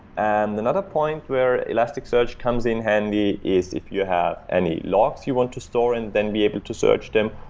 and another point where elasticsearch comes in handy is if you have any logs you want to store and then be able to search them,